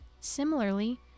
Similarly